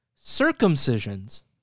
circumcisions